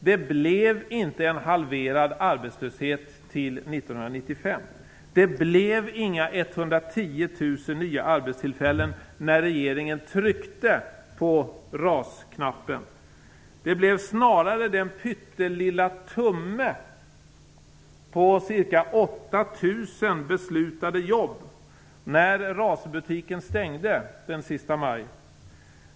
Det blev inte en halverad arbetslöshet till 1995. Det blev inga 110 000 nya arbetstillfällen när regeringen tryckte på RAS-knappen. Det blev snarare den pyttelilla tumme på ca 8 000 beslutade jobb när RAS-butiken stängde den sista maj.